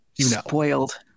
Spoiled